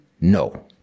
No